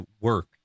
work